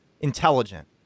intelligent